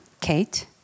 Kate